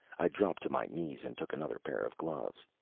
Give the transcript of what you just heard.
i dropped to my knees and took another pair of gloves.